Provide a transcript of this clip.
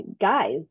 guys